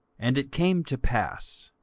and it came to pass,